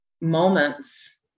moments